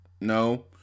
no